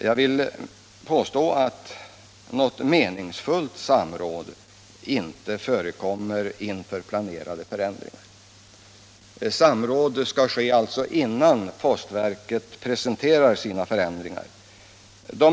Jag vill påstå att något meningsfullt samråd inte förekommer inför planerade förändringar. Samråd bör, enligt min mening, ske innan postverket presenterar sina ändringar.